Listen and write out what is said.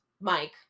Mike